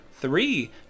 three